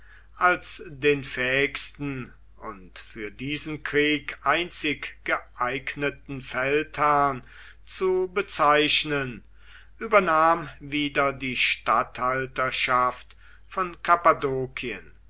als den fähigsten und für diesen krieg einzig geeigneten feldherrn zu bezeichnen übernahm wieder die statthalterschaft von